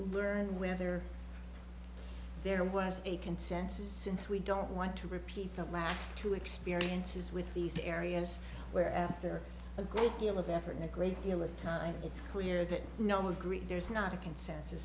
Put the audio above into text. and whether there was a consensus since we don't want to repeat the last two experiences with these areas where after a great deal of effort and a great deal of time it's clear that no one group there's not a consensus